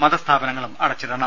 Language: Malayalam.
മത സ്ഥാപനങ്ങളും അടച്ചിടണം